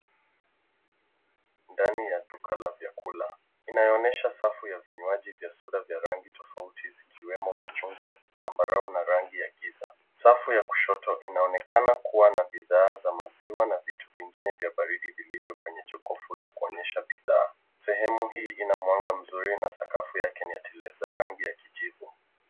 Ndani ya duka la vyakula, inayoonyesha safu ya vivyaji vya soda vya rangi tofauti zikiwemo machungwa, zambarau na rangi ya giza. Safu ya kushoto inaoneka kuwa na bidhaa za maziwa na vitu vingine vya baridi vilivyo kwenye jokofu la kuonyesha bidhaa. Sehemu hii ina mwanga mzuri na sakafu yake ni ya tilesi za rangi ya kijivu.